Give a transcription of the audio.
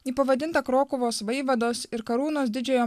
ji pavadinta krokuvos vaivados ir karūnos didžiojo